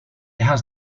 has